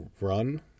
run